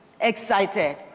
excited